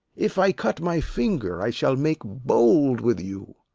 if i cut my finger, i shall make bold with you.